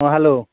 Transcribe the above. ହଁ ହ୍ୟାଲୋ